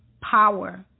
power